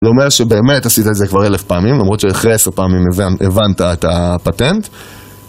לומר שבאמת עשית את זה כבר אלף פעמים, למרות שאחרי עשרה פעמים הבנת את הפטנט.